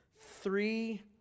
three